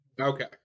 Okay